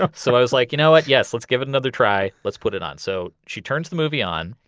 ah so i was like, you know what? yes, let's give it another try. let's put it on. so she turns the movie on,